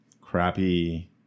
crappy